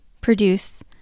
produce